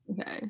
okay